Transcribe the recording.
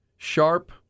Sharp